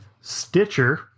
Stitcher